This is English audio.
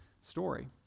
story